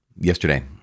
yesterday